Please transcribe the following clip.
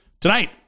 Tonight